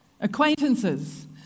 Acquaintances